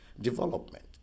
development